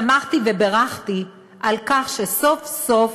שמחתי ובירכתי על כך שסוף-סוף